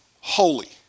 Holy